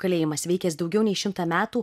kalėjimas veikęs daugiau nei šimtą metų